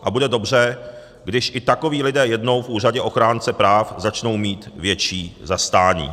A bude dobře, když i takoví lidé jednou v úřadě ochránce práv začnou mít větší zastání.